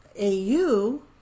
AU